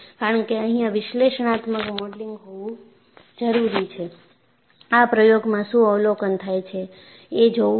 કારણ કે અહિયાં વિશ્લેષણાત્મક મોડેલિંગ હોવું જરૂરી છે આ પ્રયોગમાં શું અવલોકન થાય છે એ જોવું છું